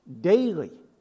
daily